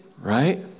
right